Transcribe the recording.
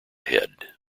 head